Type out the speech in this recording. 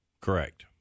Correct